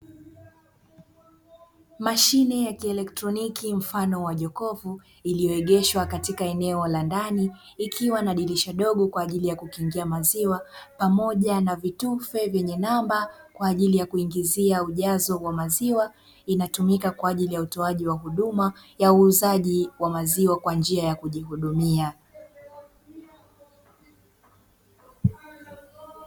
Mashine ya kielektroniki mfano wa jokofu iliyoegeshwa katika eneo la ndani ikiwa na dirisha dogo kwa ajili ya kukingia maziwa pamoja na vitufe vyenye namba kwa ajili ya kuingizia ujazo wa maziwa, inatumika kwa ajili ya utoaji wa huduma ya uuzaji wa maziwa kwa njia ya kujihudumia.